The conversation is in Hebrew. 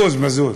מזוז, מזוז.